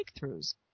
breakthroughs